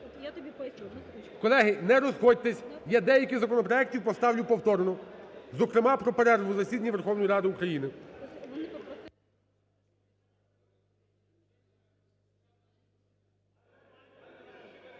Колеги, не розходьтесь, я деякі законопроекти поставлю повторно, зокрема про перерву у засіданні Верховної Ради України.